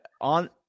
on